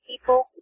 people